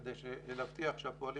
בכדי להבטיח שהפועלים